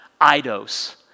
Idos